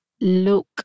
look